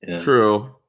True